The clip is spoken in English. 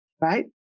right